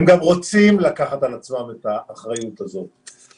הם גם רוצים לקחת על עצמם את האחריות הזו.